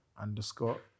underscore